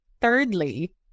thirdly